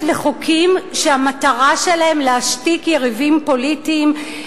לחוקים שהמטרה שלהם להשתיק יריבים פוליטיים,